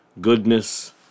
goodness